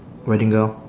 wedding gown